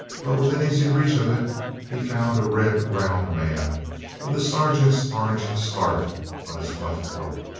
but within easy reach of it he found a red round man with a sergeant's orange scarf on his buff coat.